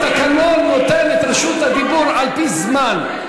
התקנון נותן את רשות הדיבור על-פי זמן.